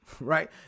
right